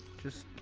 just.